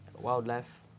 wildlife